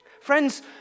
Friends